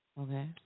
Okay